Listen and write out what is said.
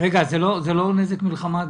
זה לא נזק מלחמה?